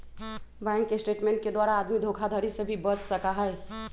bank statement के द्वारा आदमी धोखाधडी से भी बच सका हई